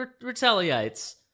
retaliates